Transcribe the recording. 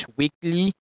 weekly